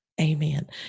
Amen